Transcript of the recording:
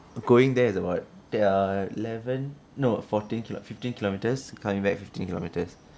going there is about twelve eleven no fourteen fifteen kilometers coming back fifteen kilometers